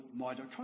mitochondria